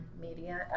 media